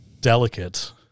delicate